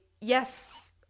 yes